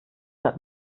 hat